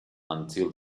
until